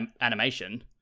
animation